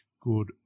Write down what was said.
good